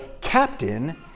captain